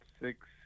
six